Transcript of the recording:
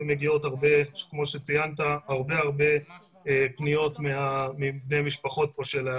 וכמו שציינת מגיעות הרבה פניות מבני המשפחות כאן.